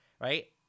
right